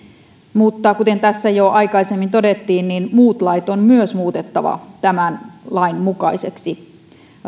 mutta kuten tässä jo aikaisemmin todettiin niin muut lait on myös muutettava tämän lain mukaisiksi